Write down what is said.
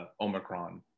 Omicron